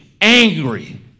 angry